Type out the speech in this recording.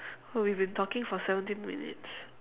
oh we've been talking for seventeen minutes